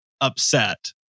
upset